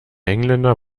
engländer